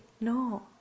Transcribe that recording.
No